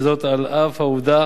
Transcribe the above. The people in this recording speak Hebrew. וזאת על אף העובדה